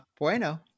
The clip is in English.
bueno